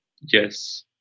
Yes